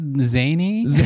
zany